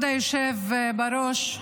אם כן,